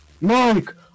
Mike